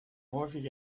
häufig